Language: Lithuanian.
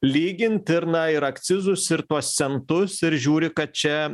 lygint ir na ir akcizus ir tuos centus ir žiūri kad čia